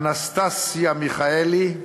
אנסטסיה מיכאלי,